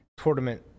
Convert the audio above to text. tournament